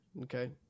Okay